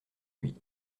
lui